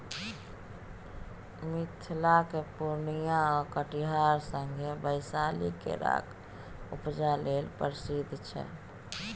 मिथिलाक पुर्णियाँ आ कटिहार संगे बैशाली केराक उपजा लेल प्रसिद्ध छै